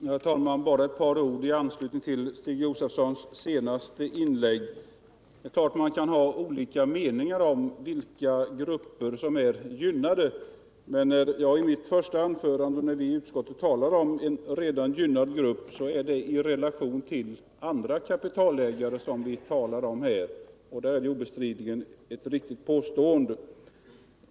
Herr talman! Jag vill bara säga några ord i anslutning till Stig Josefsons senaste inlägg. Man kan naturligtvis ha olika meningar om vilka grupper som är gynnade, men när jag i mitt första anförande talar om en redan gynnad grupp och när vi i utskottet gör det, då menar vi en sådan grupp i relation till de andra kapitalägare som här diskuteras. Mot den bakgrunden är mitt påstående obestridligen riktigt.